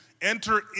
enter